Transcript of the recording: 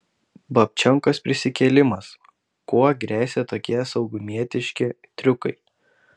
babčenkos prisikėlimas kuo gresia tokie saugumietiški triukai